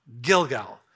Gilgal